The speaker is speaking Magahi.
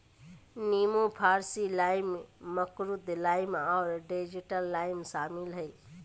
नींबू फारसी लाइम, मकरुत लाइम और डेजर्ट लाइम शामिल हइ